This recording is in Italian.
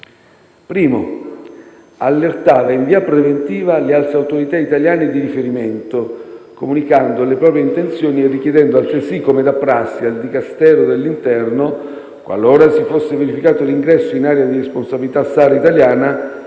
Primo. Allertava in via preventiva le altre autorità italiane di riferimento, comunicando le proprie intenzioni e richiedendo altresì, come da prassi, al Dicastero dell'interno, qualora si fosse verificato l'ingresso in area di responsabilità SAR italiana,